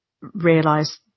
realise